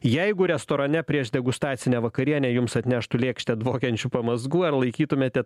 jeigu restorane prieš degustacinę vakarienę jums atneštų lėkštę dvokiančių pamazgų ar laikytumėte